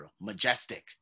Majestic